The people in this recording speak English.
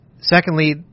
Secondly